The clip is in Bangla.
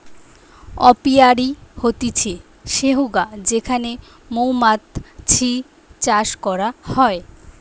অপিয়ারী হতিছে সেহগা যেখানে মৌমাতছি চাষ করা হয়